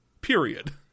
Period